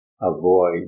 Avoid